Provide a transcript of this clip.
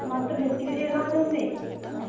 ମାତ୍ର ହେତକି ରେଟ୍ ନେଉଛନ୍ତି